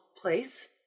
place